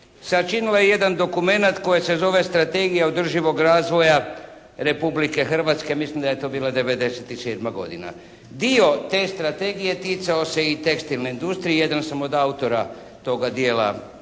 sačinila je jedan dokumenat koji se zove Strategija održivog razvoja Republike Hrvatske. Mislim da je to bila 97. godina. Dio te strategije ticao se i tekstilne industrije, jedan sam od autora toga dijela